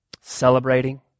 Celebrating